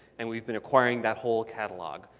and we've been acquiring that whole catalog.